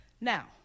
Now